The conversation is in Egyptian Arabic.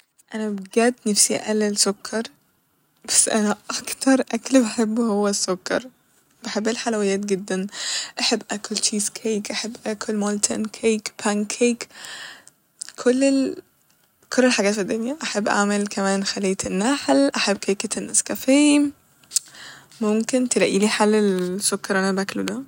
أنا بجد نفسي أقلل سكر ، بس أنا اكتر أكل بحبه هو السكر ، بحب الحلويات جدا أحب آكل تشيز كيك ، أحب آكل مولتن كيك ، بان كيك ، كل ال كل الحاجات ف الدنيا بحب أعمل كمان خلية النحل أحب كيكة النسكافيه ممكن تلاقيلي حل للسكر الل انا باكله ده